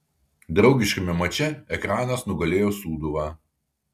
draugiškame mače ekranas nugalėjo sūduvą